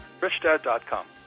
richdad.com